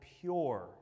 pure